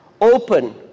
Open